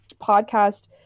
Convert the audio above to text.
podcast